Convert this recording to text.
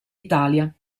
italia